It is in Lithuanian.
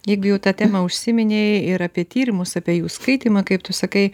jeigu jau ta tema užsiminei ir apie tyrimus apie jų skaitymą kaip tu sakai